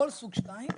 כל סוג 2,